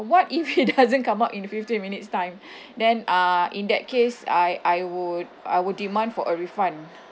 what if he doesn't come up in fifteen minutes time then uh in that case I I would I would demand for a refund